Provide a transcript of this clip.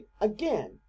Again